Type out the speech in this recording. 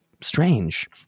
strange